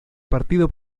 partido